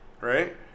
right